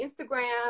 Instagram